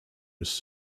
was